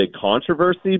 controversy